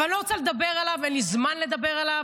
אבל אני לא רוצה לדבר עליו, אין לי זמן לדבר עליו.